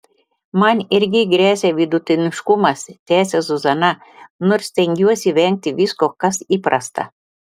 man irgi gresia vidutiniškumas tęsia zuzana nors stengiuosi vengti visko kas įprasta